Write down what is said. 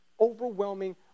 overwhelming